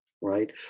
Right